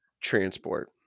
transport